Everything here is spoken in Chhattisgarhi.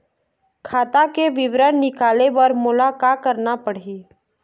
खाता के विवरण निकाले बर मोला का करना पड़ही?